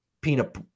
peanut